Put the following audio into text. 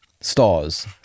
stars